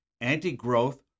anti-growth